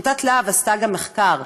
עמותת לה"ב עשתה גם מחקר,